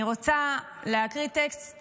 אני רוצה להקריא טקסט